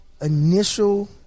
initial